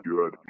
Good